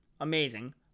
Amazing